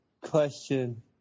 question